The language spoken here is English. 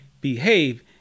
behave